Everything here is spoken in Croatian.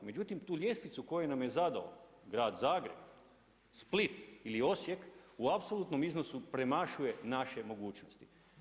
Međutim, tu ljestvicu koju nam je zadao grad Zagreb, Split ili Osijek u apsolutnom iznosu premašuje naše mogućnosti.